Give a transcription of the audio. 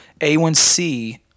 A1C